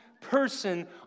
person